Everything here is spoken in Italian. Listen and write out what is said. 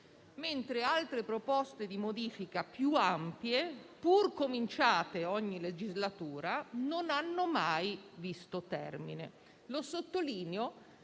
mentre altre proposte di modifica più ampie, pur iniziate ogni legislatura, non hanno mai visto il termine; lo sottolineo